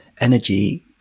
energy